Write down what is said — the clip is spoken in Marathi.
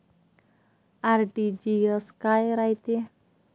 आर.टी.जी.एस काय रायते?